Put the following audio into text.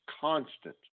constant